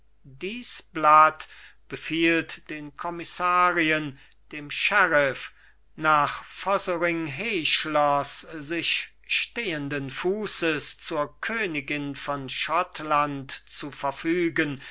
dies blatt befiehlt den kommissarien dem sheriff nach fotheringhayschloß sich stehnden fußes zur königin von schottland zu verfügen